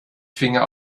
finger